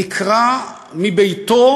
נקרא מביתו